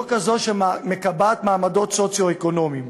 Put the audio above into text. לא כזאת שמקבעת מעמדות סוציו-אקונומיים.